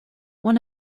one